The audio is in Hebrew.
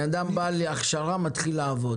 בן אדם בא להכשרה, מתחיל לעבוד.